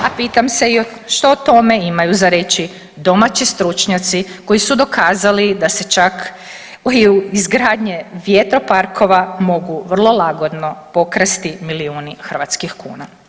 A pitam se i što o tome imaju za reći domaći stručnjaci koji su dokazali da se čak i u izgradnje vjetroparkova mogu vrlo lagodno pokrasti milijuni hrvatskih kuna.